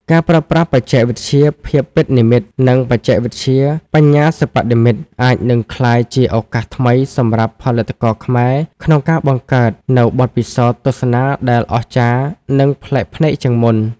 ការប្រើប្រាស់បច្ចេកវិទ្យាភាពពិតនិម្មិត និងបច្ចេកវិទ្យាបញ្ញាសិប្បនិម្មិត អាចនឹងក្លាយជាឱកាសថ្មីសម្រាប់ផលិតករខ្មែរក្នុងការបង្កើតនូវបទពិសោធន៍ទស្សនាដែលអស្ចារ្យ និងប្លែកភ្នែកជាងមុន។